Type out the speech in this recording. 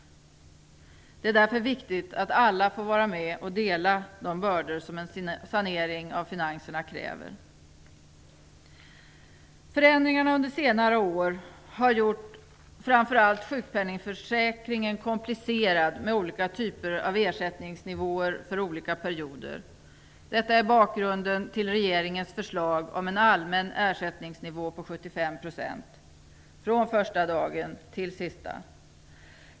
Det är därför viktigt att alla får vara med och dela på de bördor som en sanering av finanserna kräver. Förändringarna under senare år har gjort framför allt sjukpenningförsäkringen komplicerad med olika typer av ersättningsnivåer för olika perioder. Detta är bakgrunden till regeringens förslag om en allmän ersättningsnivå på 75 % från första dagen till sista.